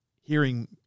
hearing